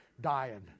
dying